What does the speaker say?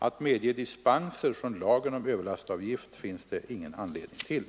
Att medge dispenser från lagen om överlastavgift finns det ingen anledning till.